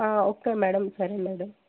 okay madam సరే madam